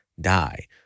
die